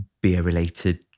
beer-related